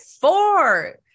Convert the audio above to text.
four